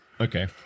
Okay